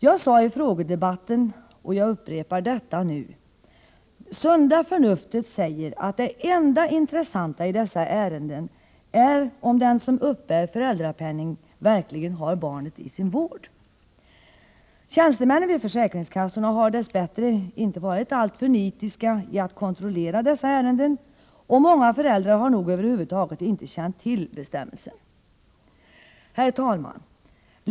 Jag sade i frågedebatten och jag upprepar detta nu: Sunda förnuftet säger att det enda intressanta i dessa ärenden är om den som uppbär föräldrapenning verkligen har barnet i sin vård. Tjänstemännen vid försäkringskassorna har dess bättre inte varit alltför nitiska i fråga om att kontrollera dessa ärenden, och många föräldrar har nog över huvud taget inte känt till bestämmelsen. Herr talman!